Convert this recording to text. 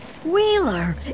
Wheeler